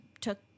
took